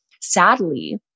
sadly